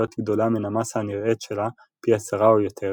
גדולה מן המסה הנראית שלה פי עשרה או יותר,